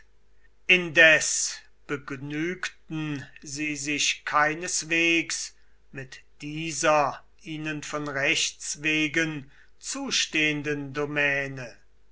indes begnügten sie sich keineswegs mit dieser ihnen von rechts wegen zustehenden domäne